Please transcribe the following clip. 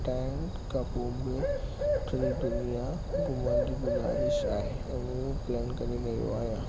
retire खां पोइ मूंखे सॼी दुनिया घुमण जी गुज़ारिश आहे ऐं हू प्लेन करे रहियो आहियां